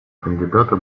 кандидата